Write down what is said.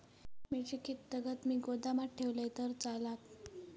मिरची कीततागत मी गोदामात ठेवलंय तर चालात?